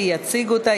ויציג אותה,